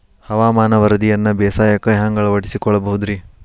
ಹವಾಮಾನದ ವರದಿಯನ್ನ ಬೇಸಾಯಕ್ಕ ಹ್ಯಾಂಗ ಅಳವಡಿಸಿಕೊಳ್ಳಬಹುದು ರೇ?